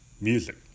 music